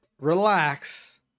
relax